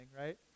right